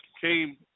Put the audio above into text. came